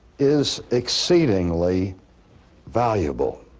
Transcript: is exceedingly valuable.